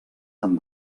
amb